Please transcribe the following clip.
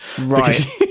Right